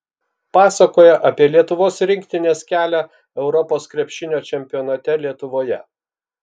pasakoja apie lietuvos rinktinės kelią europos krepšinio čempionate lietuvoje